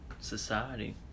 society